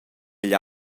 igl